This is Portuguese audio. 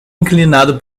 inclinado